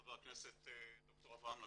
חבר הכנסת ד"ר אברהם נגוסה,